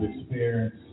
experience